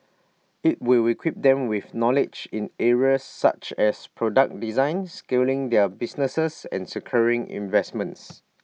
IT will we quip them with knowledge in areas such as product design scaling their businesses and securing investments